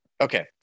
Okay